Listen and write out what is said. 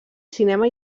cinema